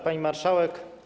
Pani Marszałek!